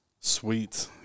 Sweet